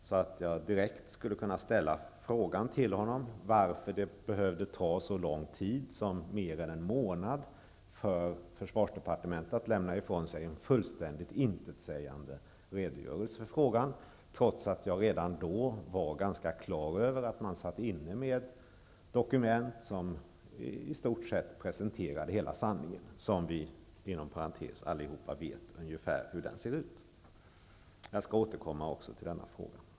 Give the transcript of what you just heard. Då hade jag kunnat ställa frågan till honom direkt om varför det behövde ta så lång tid som mer än en månad för försvarsdepartementet att lämna ifrån sig en fullständigt intetsägande redogörelse för frågan. Jag var redan då ganska klar över att man satt inne med dokument som i stort sett presenterade hela sanningen -- vi vet ju allihop ungefär hur den ser ut. Jag skall återkomma även till denna fråga.